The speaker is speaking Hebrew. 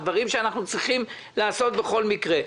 דברים שאנחנו צריכים לעשות בכל מקרה.